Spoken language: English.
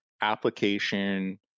application